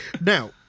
Now